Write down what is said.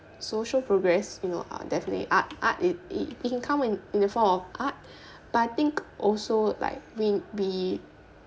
social progress you know uh definitely art art i~ it it can come in in the form of art but I think also like will be